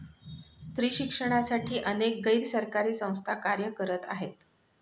स्त्री शिक्षणासाठी अनेक गैर सरकारी संस्था कार्य करत आहेत